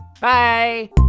Bye